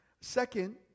Second